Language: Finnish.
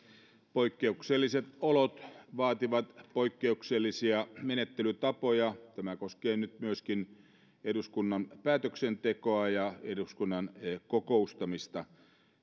poikkeukselliset olot vaativat poikkeuksellisia menettelytapoja tämä koskee nyt myöskin eduskunnan päätöksentekoa ja eduskunnan kokoustamista